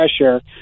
pressure